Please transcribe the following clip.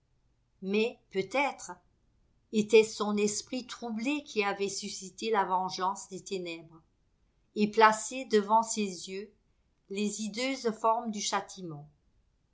mais peut-être était-ce son esprit troublé qui avait suscité la vengeance des ténèbres et placé devant ses yeux les hideuses formes du châtiment